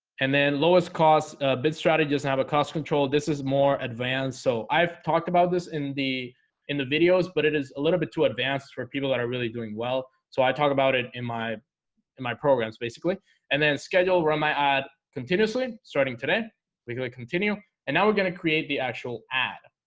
and then lowest cost bit strategy doesn't have a cost control. this is more advanced so i've talked about this in the in the videos but it is a little bit too advanced for people that are really doing well, so i talked about it in my my programs basically and then schedule run my ad continuously starting today because i continue and now we're gonna create the actual ad